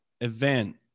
event